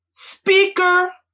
Speaker